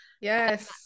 Yes